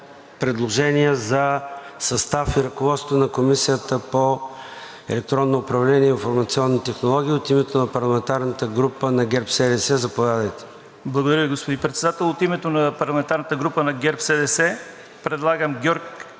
за състав и ръководство на Комисията по електронно управление и информационни технологии. От името на парламентарната група на ГЕРБ-СДС? Заповядайте. ВАЛЕНТИН МИЛУШЕВ (ГЕРБ-СДС): Благодаря, господин Председател. От името на парламентарната група на ГЕРБ-СДС предлагам Георг Даниелов